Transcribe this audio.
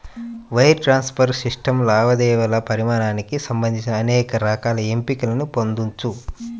wire transfer system లావాదేవీల పరిమాణానికి సంబంధించి అనేక రకాల ఎంపికలను పొందొచ్చు